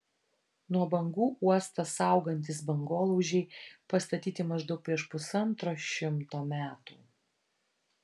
nuo bangų uostą saugantys bangolaužiai pastatyti maždaug prieš pusantro šimto metų